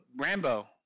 Rambo